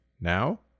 Now